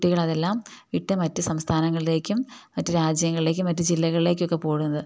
കുട്ടികളതെല്ലാം ഇട്ട് മറ്റ് സംസ്ഥാനങ്ങളിലേക്കും മറ്റ് രാജ്യങ്ങളിലേക്കും മറ്റ് ജില്ലകളിലേക്കുമൊക്കെ പോകുന്നത്